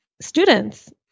students